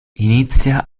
inizia